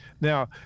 Now